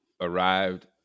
arrived